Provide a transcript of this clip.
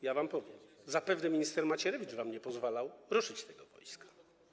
Ja wam powiem: zapewne minister Macierewicz wam nie pozwalał ruszyć tego wojska.